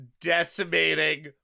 decimating